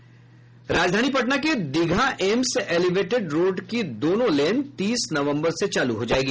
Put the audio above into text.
राजधानी पटना के Digha AIIMS elevated road की दोनों लेन तीस नवम्बर से चालू हो जायेगी